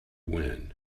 win